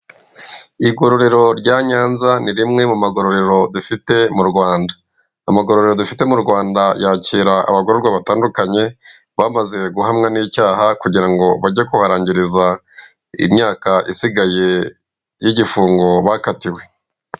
Igororero rya Nyanza ni rimwe mu magororero dufite mu Rwanda, amagorore dufite mu Rwanda yakira abagororwa batandukanye bamaze guhamwa n'icyaha kugira ngo bajye kuharangiriza iyi myaka isigaye y'igifungo bakatiwe.